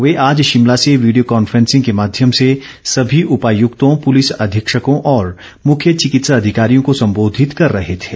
वे आज शिमला से video conferencing के माध्यम से सभी उपायुक्तों पुलिस अधीक्षकों और मुख्य चिकित्सा अधिकारियों को सम्बोधित कर रहे थे